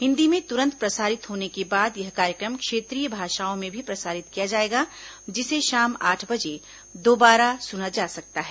हिंदी में तुरन्त प्रसारित होने के बाद यह कार्यक्रम क्षेत्रीय भाषाओं में भी प्रसारित किया जाएगा जिसे शाम आठ बजे दोबारा सुना जा सकता है